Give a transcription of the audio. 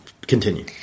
Continue